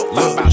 look